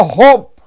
hope